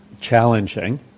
challenging